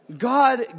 God